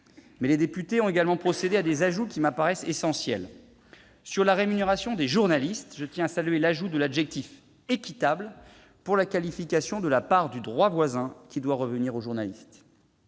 Et les députés ont également procédé à des ajouts qui me paraissent essentiels. Pour ce qui concerne la rémunération des journalistes, je tiens à saluer l'adjonction de l'adjectif « équitable », pour la qualification de la part du droit voisin qui doit revenir à ces